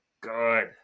good